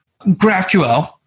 GraphQL